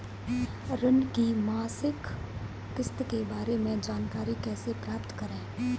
ऋण की मासिक किस्त के बारे में जानकारी कैसे प्राप्त करें?